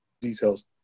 details